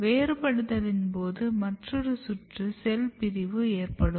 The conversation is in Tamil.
வேறுபடுதலின் போது மற்றொரு சுற்று செல் பிரிவு ஏற்படும்